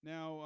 Now